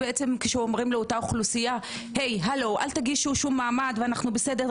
כשאומרים לאותה אוכלוסייה לא להגיש מעמד והכל בסדר,